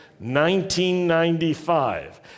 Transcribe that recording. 1995